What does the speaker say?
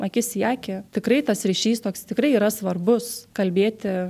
akis į akį tikrai tas ryšys toks tikrai yra svarbus kalbėti